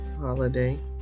holiday